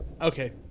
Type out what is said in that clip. Okay